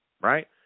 right